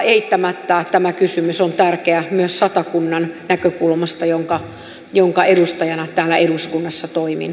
eittämättä tämä kysymys on tärkeä myös satakunnan näkökulmasta jonka edustajana täällä eduskunnassa toimin